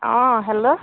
অঁ হেল্ল'